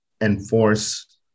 enforce